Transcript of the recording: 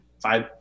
five